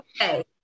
okay